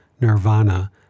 nirvana